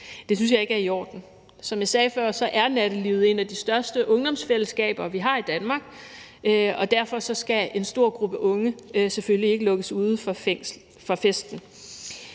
Det synes jeg ikke er i orden. Som jeg sagde før, er nattelivet et af de største ungdomsfællesskaber, vi har i Danmark, og derfor skal en stor gruppe unge selvfølgelig ikke lukkes ude fra festen.